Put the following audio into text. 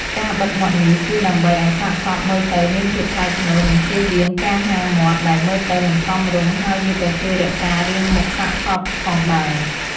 ការបិទមាត់នេះគឺដើម្បីឱ្យសាកសពមើលទៅមានភាពថ្លៃថ្នូរ និងជៀសវាងការហាមាត់ដែលមើលទៅមិនសមរម្យ ហើយវាក៏ជួយរក្សារាងមុខសាកសពផងដែរ។